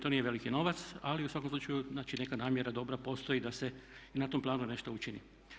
To nije veliki novac ali u svakom slučaju znači neka namjera dobra postoji da se i na tom planu nešto učini.